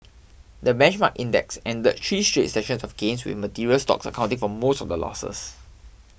the benchmark index ended three straight sessions of gains with materials stocks accounting for most of the losses